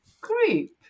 group